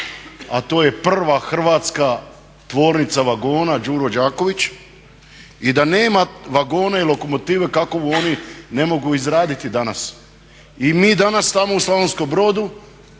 a to je prva hrvatska tvornica vagona Đuro Đaković i da nema vagona i lokomotive kakovu oni ne mogu izraditi danas. I mi danas tamo u Slavonskom Brodu